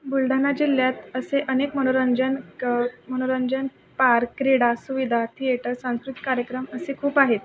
बुलढाणा जिल्ह्यात असे अनेक मनोरंजन क मनोरंजन पार्क क्रीडासुविधा थिएटर सांस्कृतिक कार्यक्रम असे खूप आहेत